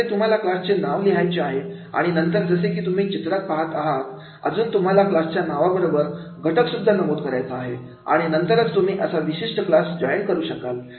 आता इथे तुम्हाला क्लासचे नाव लिहायचे आहे आणि नंतर जसे की तुम्ही चित्रात पाहत आहात अजून तुम्हाला क्लासच्या नावाबरोबर घटक सुद्धा नमूद करायचा आहे आणि नंतरच तुम्ही असा विशिष्ट क्लास जॉईन करू शकाल